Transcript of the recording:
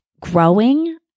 growing